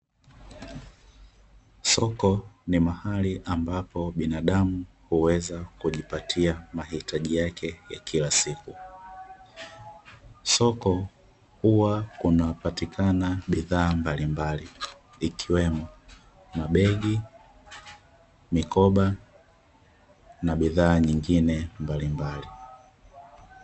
Soko ni mahali ambapo binadamu huweza kujipatia mahitaji yake ya kila siku. Soko huwa kunapatikana bidhaa mbalimbali ikiwemo: mabegi, mikoba na bidhaa nyingine mbalimbali.